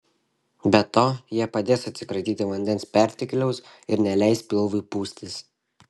be to jie padės atsikratyti vandens pertekliaus ir neleis pilvui pūstis